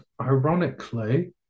ironically